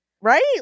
right